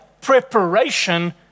preparation